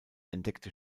entdeckte